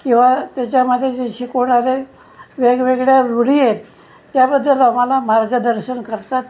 किंवा त्याच्यामध्ये जे शिकवणारे वेगवेगळ्या रुढी आहेत त्याबद्दल आम्हाला मार्गदर्शन करतात